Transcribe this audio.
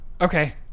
okay